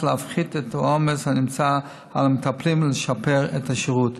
להפחית את העומס המוטל על המטפלים ולשפר את השירות.